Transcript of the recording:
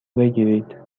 بگیرید